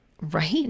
right